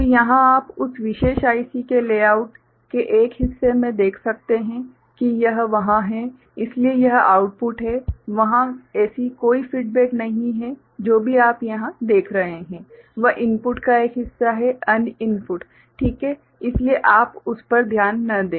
तो यहाँ आप उस विशेष IC के लेआउट के एक हिस्से में देख सकते हैं कि यह वहाँ है इसलिए यह आउटपुट है वहाँ ऐसी कोई फीडबैक नहीं है जो भी आप यहाँ देख रहे हैं वह इनपुट का एक हिस्सा है अन्य इनपुट ठीक है इसलिए आप उस पर ध्यान न दें